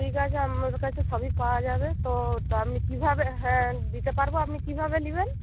ঠিক আছে আমার কাছে সবই পাওয়া যাবে তো তা আপনি কীভাবে হ্যাঁ দিতে পারব আপনি কীভাবে নেবেন